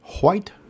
White